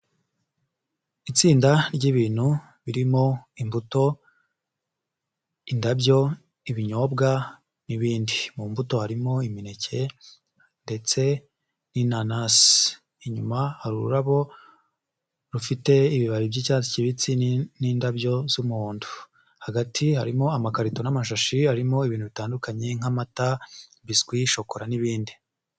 Itsinda ry'ibintu birimo imbuto, indabyo, ibinyobwa n'ibindi. Mu mbuto harimo imineke ndetse n'inanasi, inyuma hari ururabo rufite ibibabi by'icyatsi kibisi n'indabyo z'umuhondo, hagati harimo amakarito n'amashashi harimo ibintu bitandukanye nk'amata biswi, shokora n'ibindi.